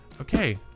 okay